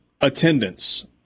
attendance